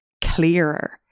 clearer